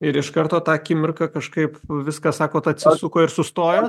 ir iš karto tą akimirką kažkaip viskas sakot atsisuko ir sustojo